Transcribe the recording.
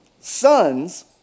sons